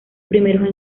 primeros